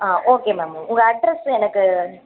ஆ okay ma'am உங்கள் address எனக்கு